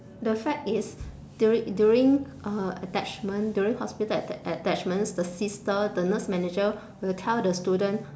the fact is during during uh attachment during hospital attac~ attachments the sister the nurse manager will tell the student